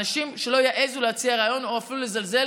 אנשים שלא יעזו להציע רעיון או לזלזל,